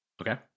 Okay